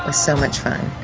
ah so much fun.